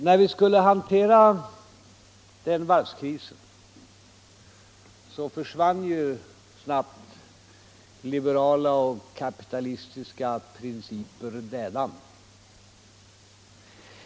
När vi skulle hantera varvskrisen försvann snabbt liberala och kapitalistiska principer dädan.